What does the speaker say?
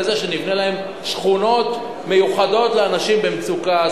לזה שנבנה שכונות מיוחדות לאנשים במצוקה.